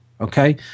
okay